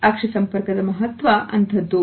ಅಕ್ಷಿ ಸಂಪರ್ಕದ ಮಹತ್ವ ಅಂತದ್ದು